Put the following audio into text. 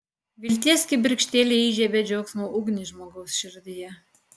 vilties kibirkštėlė įžiebia džiaugsmo ugnį žmogaus širdyje